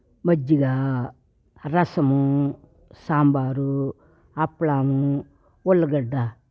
మజ్జిగా రసము సాంబారు అప్పడాము ఉల్లిగడ్డ